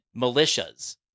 Militias